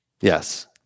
Yes